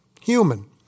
human